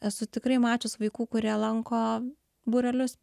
esu tikrai mačius vaikų kurie lanko būrelius